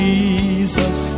Jesus